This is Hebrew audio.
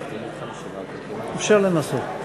24,